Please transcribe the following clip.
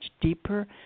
deeper